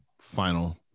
final